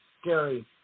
scary